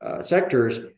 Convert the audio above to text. sectors